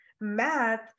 math